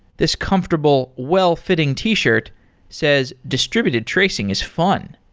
this comfortable well-fitting t-shirt says, distributed tracing is fun,